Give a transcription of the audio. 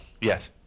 Yes